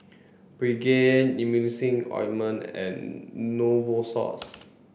Pregain Emulsying ointment and Novosource